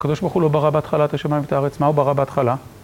הקדוש ברוך הוא לא ברא בהתחלה את השמים ואת הארץ, מה הוא ברא בהתחלה?